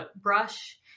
brush